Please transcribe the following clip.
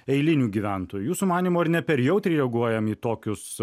eilinių gyventojų jūsų manymu ar ne per jautriai reaguojam į tokius